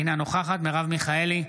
אינה נוכחת מרב מיכאלי,